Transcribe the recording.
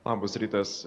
labas rytas